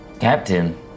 Captain